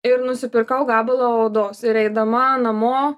ir nusipirkau gabalą odos ir eidama namo